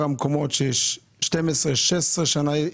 המקומות שם מדובר ב-12 שנים וב-16 שנים.